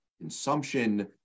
consumption